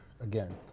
again